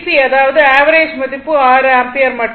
அதாவது ஆவரேஜ் மதிப்பு 6 ஆம்பியர் மட்டுமே